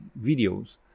videos